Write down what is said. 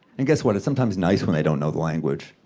and guess what? it's sometimes nice when they don't know the language,